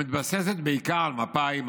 המתבססת בעיקר על מפא"י,